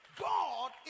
God